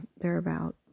thereabouts